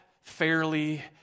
fairly